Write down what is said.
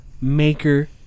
maker